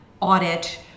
audit